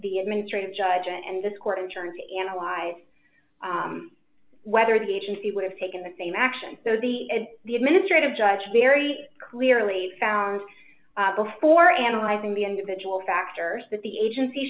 the administrative judge and this court injury analyze whether the agency would have taken the same action so the the administrative judge very clearly found before analyzing the individual factors that the agency